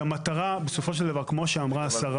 שהמטרה בסופו של דבר כמו שאמרה השרה